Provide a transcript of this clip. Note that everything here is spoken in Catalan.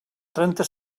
trenta